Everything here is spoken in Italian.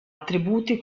attributi